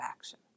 action